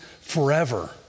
forever